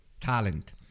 talent